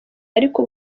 ariko